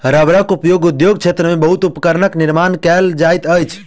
रबड़क उपयोग उद्योग क्षेत्र में बहुत उपकरणक निर्माण में कयल जाइत अछि